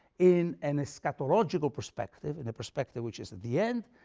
in an eschatological perspective, in a perspective which is at the end,